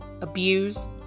abuse